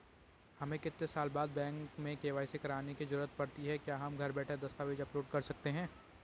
हमें कितने साल बाद बैंक में के.वाई.सी करवाने की जरूरत पड़ती है क्या हम घर बैठे दस्तावेज़ अपलोड कर सकते हैं?